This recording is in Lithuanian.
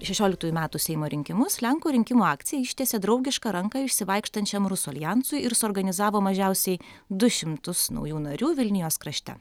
šešioliktųjų metų seimo rinkimus lenkų rinkimų akcija ištiesė draugišką ranką išsivaikštančiam rusų aljansui ir suorganizavo mažiausiai du šimtus naujų narių vilnijos krašte